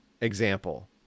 example